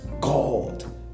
God